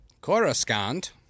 coruscant